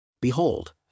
Behold